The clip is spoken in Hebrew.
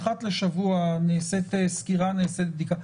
אחת לשבוע נעשית סקירה ובדיקה.